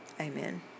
Amen